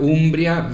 Umbria